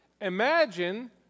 imagine